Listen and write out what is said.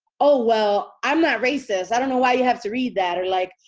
oh, well, i'm not racist. i don't know why you have to read that! or like,